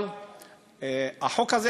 החוק הזה,